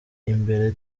imbere